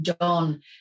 John